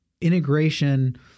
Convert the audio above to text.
integration